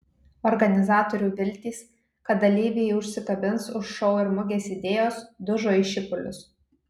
organizatorių viltys kad dalyviai užsikabins už šou ir mugės idėjos dužo į šipulius